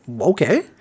okay